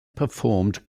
performed